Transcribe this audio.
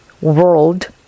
world